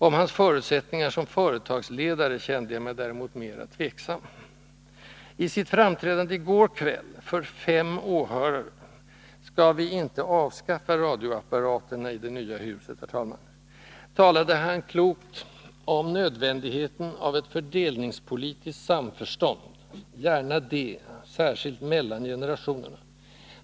Om hans förutsättningar som företagsledare kände jag mig däremot mera tveksam. I sitt framträdande i går kväll, för fem åhörare — skall vi inte avskaffa radioapparaterna i det nya huset? — talade han klokt om nödvändigheten av ”ett fördelningspolitiskt samförstånd” — gärna det, särskilt mellan generationerna!